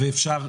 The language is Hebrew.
ואפשר,